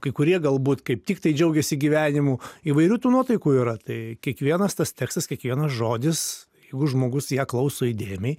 kai kurie galbūt kaip tiktai džiaugiasi gyvenimu įvairių tų nuotaikų yra tai kiekvienas tas tekstas kiekvienas žodis jeigu žmogus ją klauso įdėmiai